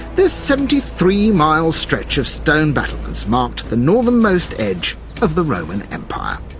this seventy three mile stretch of stone battlements marked the northernmost edge of the roman empire.